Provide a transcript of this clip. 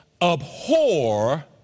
abhor